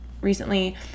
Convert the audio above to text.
recently